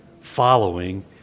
following